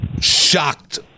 shocked